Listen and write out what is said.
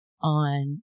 on